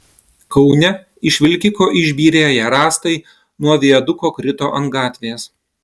kaune iš vilkiko išbyrėję rąstai nuo viaduko krito ant gatvės